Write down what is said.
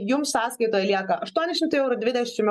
jums sąskaitoj lieka aštuoni šimtai eurų dvidešimt